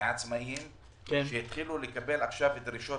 מעצמאיים שהתחילו לקבל עכשיו דרישות